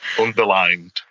underlined